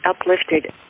uplifted